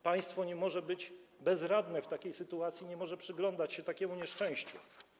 Państwo nie może być bezradne w takiej sytuacji, nie może przyglądać się takiemu nieszczęściu.